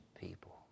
people